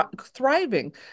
thriving